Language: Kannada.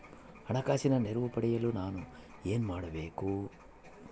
ಹಣಕಾಸಿನ ನೆರವು ಪಡೆಯಲು ನಾನು ಏನು ಮಾಡಬೇಕು?